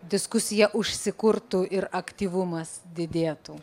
diskusija užsikurtų ir aktyvumas didėtų